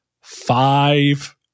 five